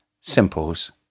simples